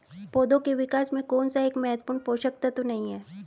पौधों के विकास में कौन सा एक महत्वपूर्ण पोषक तत्व नहीं है?